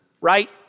right